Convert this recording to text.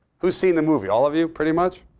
who's seen the movie? all of you pretty much?